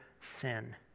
sin